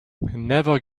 never